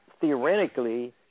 theoretically